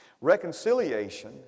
Reconciliation